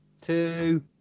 two